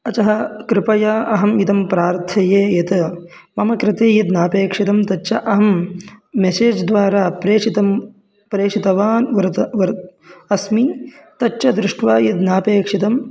अतः कृपया अहं इदं प्रार्थये यत् मम कृते यद् नापेक्षितं तच्च अहं मेसेज् द्वारा प्रेषितं प्रेषितवान् वर्त वर् अस्मि तच्च दृष्ट्वा यद् नापेक्षितं